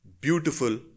beautiful